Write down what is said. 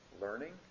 learning